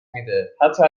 میده، حتا